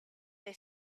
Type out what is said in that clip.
they